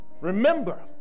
remember